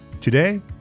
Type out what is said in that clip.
today